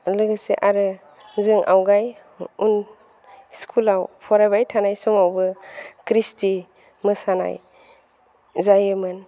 लोगोसे आरो जों आवगाय उन स्कुलाव फरायबाय थानाय समावबो कृस्टि मोसानाय जायोमोन